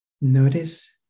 Notice